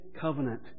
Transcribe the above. covenant